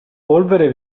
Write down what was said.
polvere